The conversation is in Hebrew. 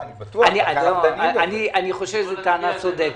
אני חושב שזו טענה צודקת.